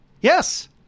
Yes